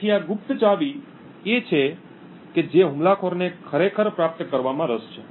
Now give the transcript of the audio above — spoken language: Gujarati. તેથી આ ગુપ્ત ચાવી એ છે કે જે હુમલાખોરને ખરેખર પ્રાપ્ત કરવામાં રસ છે